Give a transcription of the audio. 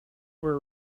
were